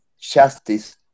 justice